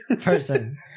person